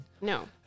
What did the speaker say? No